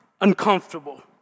uncomfortable